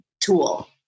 tool